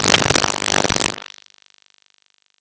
oh because you never take anyway